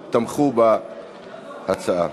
42, ללא מתנגדים וללא נמנעים.